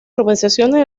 urbanizaciones